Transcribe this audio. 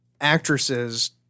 actresses